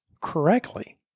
correctly